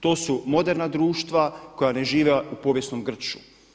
To su moderna društva koja ne žive u povijesnom grču.